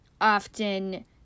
often